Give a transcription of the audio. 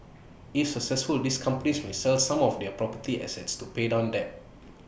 if successful these companies may sell some of their property assets to pay down debt